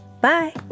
Bye